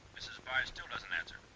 mrs. bard still doesn't answer.